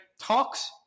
talks